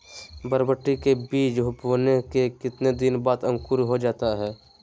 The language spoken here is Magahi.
बरबटी के बीज बोने के कितने दिन बाद अंकुरित हो जाता है?